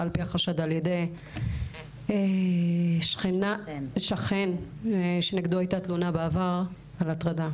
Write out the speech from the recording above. על פי החשד על ידי שכן שנגדו הייתה תלונה בעבר על הטרדה.